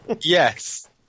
yes